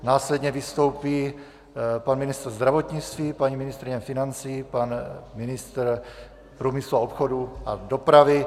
Následně vystoupí pan ministr zdravotnictví, paní ministryně financí, pan ministr průmyslu a obchodu a dopravy.